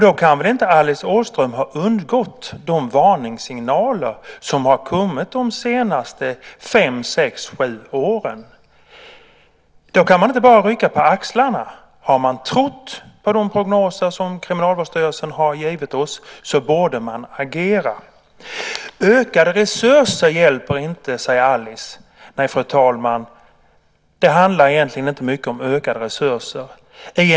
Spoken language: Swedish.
Då kan väl inte de varningssignaler som har kommit under de senaste fem-sju åren ha undgått Alice Åström. Då kan man inte bara rycka på axlarna. Har man trott på de prognoser som Kriminalvårdsstyrelsen har gett oss borde man agera. Alice säger att ökade resurser inte hjälper. Nej, fru talman, det handlar egentligen inte så mycket om ökade resurser.